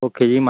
okay ਜੀ ਮਾ